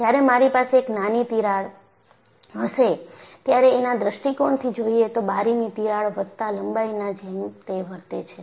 જ્યારે મારી પાસે એક નાની તિરાડ હશે ત્યારે એના દૃષ્ટિકોણથી જોયે તો બારીની તિરાડ વત્તા લંબાઈના જેમ તે વર્તે છે